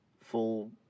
full